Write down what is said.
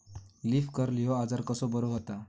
Leaf curl ह्यो आजार कसो बरो व्हता?